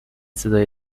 صدای